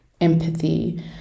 empathy